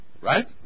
Right